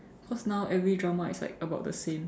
cause now every drama is like about the same